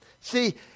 See